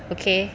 okay